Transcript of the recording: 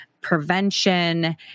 prevention